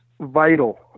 vital